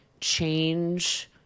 change